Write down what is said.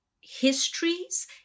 histories